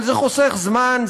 אבל זה חוסך זמן,